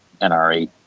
NRA